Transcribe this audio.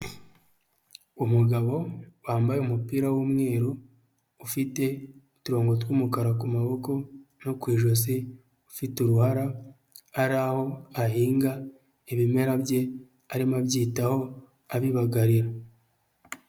Umugabo wambaye umupira w'umweru ufite uturongo tw'umukara ku maboko no ku ijosi, ufite uruhara ari aho ahinga ibimera bye, arimo abyitaho abibagarira.